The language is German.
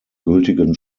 gültigen